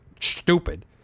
stupid